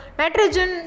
nitrogen